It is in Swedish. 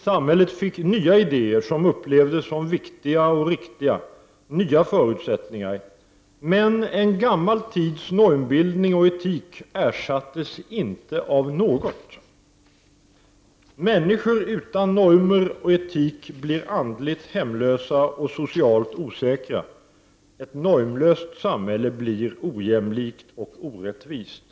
Samhället fick nya idéer som upplevdes som viktiga och riktiga och nya förutsättningar. Men en gammal tids normbildning och etik ersattes inte av något nytt. Människor utan normer och etik blir andligt hemlösa och socialt osäkra. Ett normlöst samhälle blir ojämlikt och orättvist.